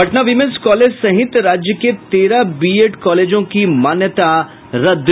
Patna women's college सहित राज्य के तेरह बीएड कॉलेजों की मान्यता रद्द